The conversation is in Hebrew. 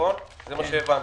כך הבנתי.